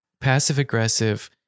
passive-aggressive